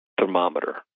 thermometer